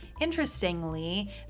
Interestingly